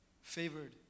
Favored